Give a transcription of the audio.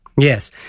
Yes